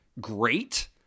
great